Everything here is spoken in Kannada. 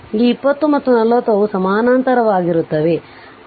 ಈ 20 ಮತ್ತು 40 ಅವು ಸಮಾನಾಂತರವಾಗಿರುತ್ತವೆ